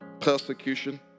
persecution